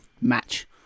match